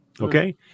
Okay